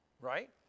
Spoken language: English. Right